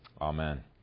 Amen